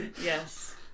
Yes